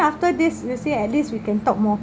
after this you see at least we can talk more